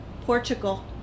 Portugal